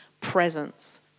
presence